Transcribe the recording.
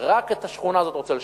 רק את השכונה הזאת רוצה לשווק.